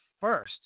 first